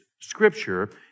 scripture